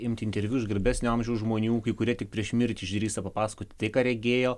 imti interviu iš garbesnio amžiaus žmonių kai kurie tik prieš mirtį išdrįsta papasakoti tai ką regėjo